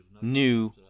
new